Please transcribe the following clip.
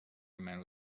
منو